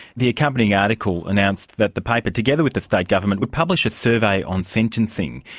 the accompanying article announced that the paper, together with the state government, would publish a survey on sentencing,